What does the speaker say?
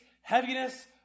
heaviness